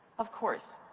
of course.